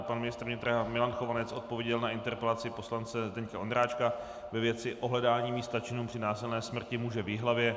Pan ministr vnitra Milan Chovanec odpověděl na interpelaci poslance Zdeňka Ondráčka ve věci ohledání místa činu při násilné smrti muže v Jihlavě.